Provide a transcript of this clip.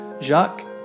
Jacques